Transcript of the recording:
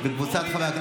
תודה רבה.